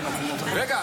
רגע,